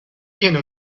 tiene